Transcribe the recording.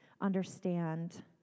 understand